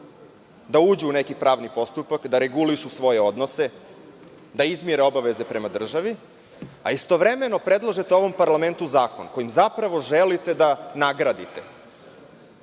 da uđu u neki pravni postupak da regulišu svoje odnose, da izmire obaveze prema državi, a istovremeno predlažete ovom parlamentu zakon kojim zapravo želite da nagradite